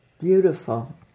beautiful